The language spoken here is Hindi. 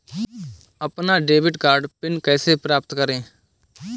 अपना डेबिट कार्ड पिन कैसे प्राप्त करें?